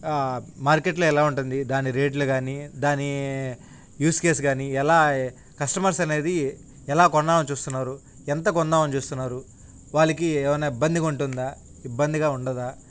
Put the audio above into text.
మార్కెట్లో ఎలా ఉంటుంది దాని రేట్లు కానీ దాని యూస్ కేేస్ కానీ ఎలా కస్టమర్స్ అనేది ఎలా కొన్నామో చూస్తున్నారు ఎంత కొందామని చూస్తున్నారు వాళ్ళకి ఏమన్నా ఇబ్బంది ఉంటుందా ఇబ్బందిగా ఉండదా